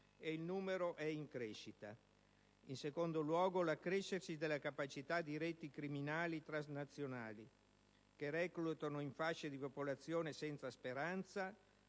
ed il numero è in crescita); in secondo luogo, l'accrescersi della capacità di reti criminali transnazionali, che reclutano in fasce di popolazione senza speranza,